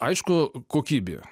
aišku kokybė